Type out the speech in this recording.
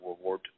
reward